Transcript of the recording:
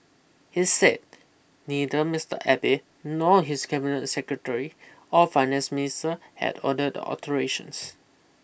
he said neither Mister Abe nor his cabinet secretary or finance minister had ordered alterations